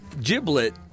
giblet